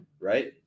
right